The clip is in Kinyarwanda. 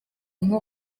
nko